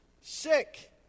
Sick